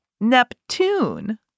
Neptune